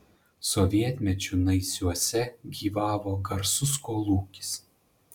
sovietmečiu naisiuose gyvavo garsus kolūkis